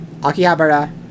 Akihabara